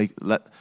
let